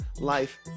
life